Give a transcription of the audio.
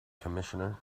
commissioner